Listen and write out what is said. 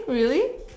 really